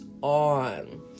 on